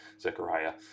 Zechariah